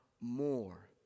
more